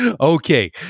Okay